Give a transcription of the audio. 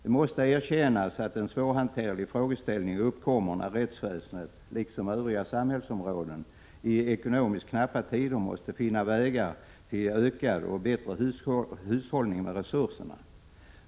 Det måste erkännas att en svårhanterlig frågeställning uppkommer när rättsväsendet, liksom övriga samhällsområden, i ekonomiskt knappa tider måste finna vägar till ökad och bättre hushållning med resurserna.